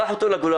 קח אותו לגולן.